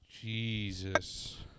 Jesus